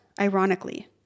ironically